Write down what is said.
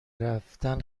رفتن